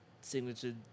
signature